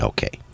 Okay